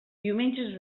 diumenges